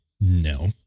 No